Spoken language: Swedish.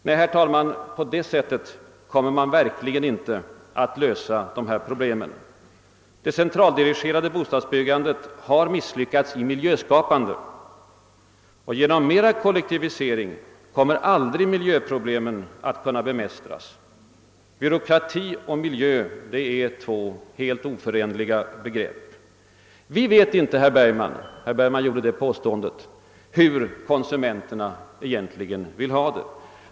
Nej, herr talman, på det sättet kommer man verkligen inte att lösa dessa problem. Det centraldirigerade bostadsbyggandet har misslyckats i miljöskapande, och genom mer kollektivisering kommer aldrig miljöproblemet att kunna bemästras. Byråkrati och miljö är två oförenliga begrepp. Vi tror oss inte veta, herr Bergman — herr Bergman påstod motsatsen — hur konsumenterna egentligen vill ha det.